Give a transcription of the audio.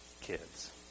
kids